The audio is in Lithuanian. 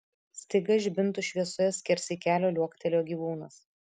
staiga žibintų šviesoje skersai kelio liuoktelėjo gyvūnas